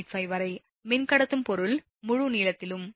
85 வரை மின் கடத்தும் பொருள் முழு நீளத்திலும்